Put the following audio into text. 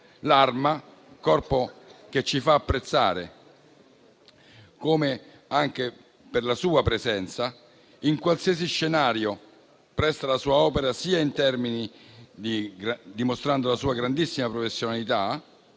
L'Arma, corpo che si fa apprezzare per la sua presenza in qualsiasi scenario, presta la sua opera sia dimostrando la sua grandissima professionalità,